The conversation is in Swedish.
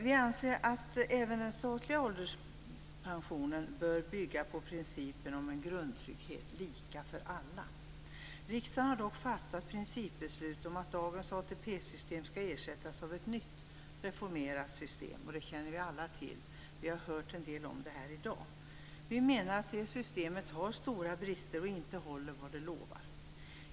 Vi anser att även den statliga ålderspensionen bör bygga på principen om en grundtrygghet lika för alla. Riksdagen har dock fattat principbeslut om att dagens ATP-system skall ersättas av ett nytt, reformerat system. Det känner vi alla till, och vi har hört en del om det här i dag. Vi menar att det systemet har stora brister och inte håller vad det lovar.